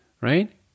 right